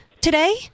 today